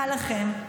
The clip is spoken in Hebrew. קל לכם.